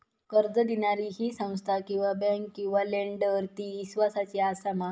कर्ज दिणारी ही संस्था किवा बँक किवा लेंडर ती इस्वासाची आसा मा?